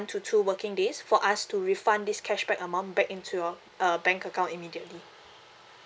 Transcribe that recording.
to two working days for us to refund this cashback amount back into your uh bank account immediately